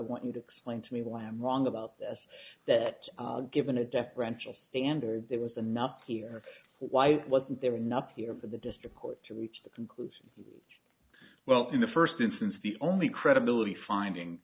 want you to explain to me lam wrong about this that given a deferential standard there was enough here why wasn't there enough here for the district court to reach the conclusion well in the first instance the only credibility finding